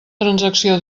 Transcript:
transacció